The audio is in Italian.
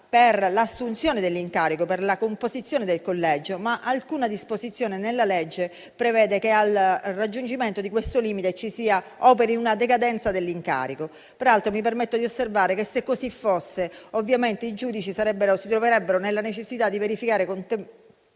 per l'assunzione dell'incarico e la composizione del collegio, ma alcuna disposizione nella legge prevede che al raggiungimento di questo limite operi una decadenza dell'incarico. Tra l'altro, mi permetto di osservare che, se così fosse, i giudici si troverebbero nella necessità di verificare